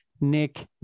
Nick